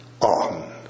on